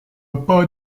pas